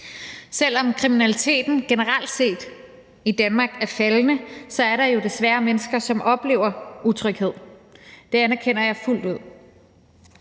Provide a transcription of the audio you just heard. Selv om kriminaliteten generelt set i Danmark er faldende, er der jo desværre mennesker, som oplever utryghed. Det anerkender jeg fuldt ud.